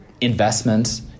investments